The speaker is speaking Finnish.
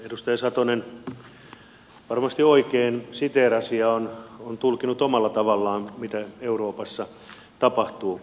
edustaja satonen varmasti oikein siteerasi ja on tulkinnut omalla tavallaan mitä euroopassa tapahtuu